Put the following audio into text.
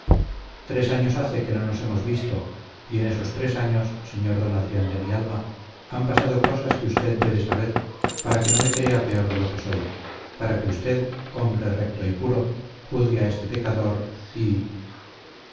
tres años hace que no nos hemos visto y en esos tres años sr d adrián de mi alma han pasado cosas que usted debe saber para que no me crea peor de lo que soy para que usted hombre recto y puro juzgue a este pecador y